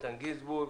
איתן גינזבורג,